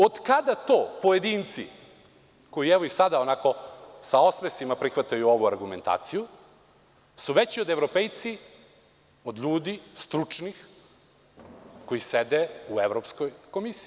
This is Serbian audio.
Od kada to pojedinci koji i evo sada ovako sa osmesima prihvataju ovu argumentaciju su veći evropejci od ljudi stručnih koji sede u Evropskoj komisiji?